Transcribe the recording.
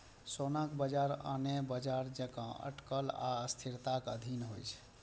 सोनाक बाजार आने बाजार जकां अटकल आ अस्थिरताक अधीन होइ छै